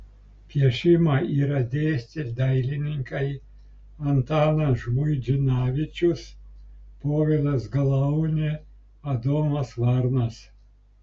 piešimą yra dėstę dailininkai antanas žmuidzinavičius povilas galaunė adomas varnas